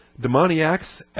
Demoniacs